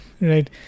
Right